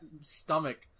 stomach